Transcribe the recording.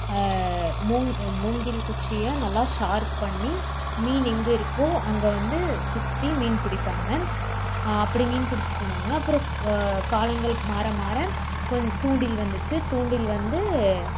மூங் மூங்கில் குச்சியை நல்லா ஷார்ப் பண்ணி மீன் எங்கே இருக்கோ அங்கே வந்து குத்தி மீன் பிடிப்பாங்க அப்படி மீன் பிடிச்சிட்ருந்தாங்க அப்புறோம் காலங்கள் மாற மாற கொஞ் தூண்டில் வந்துச்சு தூண்டில் வந்து